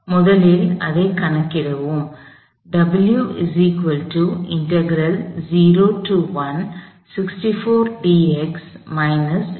முதலில் அதைக் கணக்கிடுவோம்